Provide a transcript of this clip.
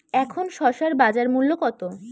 এখন শসার বাজার মূল্য কত?